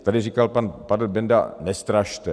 Tady říkal pan Benda nestrašte.